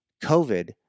COVID